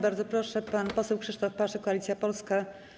Bardzo proszę, pan poseł Krzysztof Paszyk, Koalicja Polska.